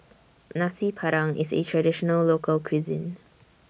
Nasi Padang IS A Traditional Local Cuisine